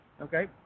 okay